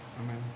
Amen